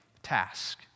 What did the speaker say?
task